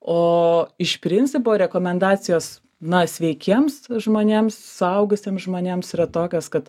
o iš principo rekomendacijos na sveikiems žmonėms suaugusiems žmonėms yra tokios kad